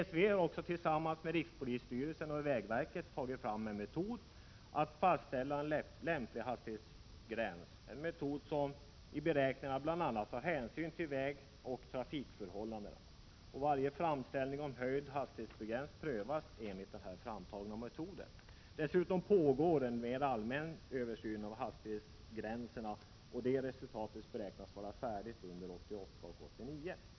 TSV har tillsammans med rikspolisstyrelsen och vägverket tagit fram en metod att fastställa lämplig hastighetsgräns, en metod som i beräkningarna bl.a. tar hänsyn till vägoch trafikförhållanden. Varje framställning om en höjning av hastighetsgränserna prövas enligt den här framtagna metoden. Dessutom pågår en mer allmän översyn av hastighetsgränserna, och resultatet av denna beräknas föreligga under 1988 och 1989.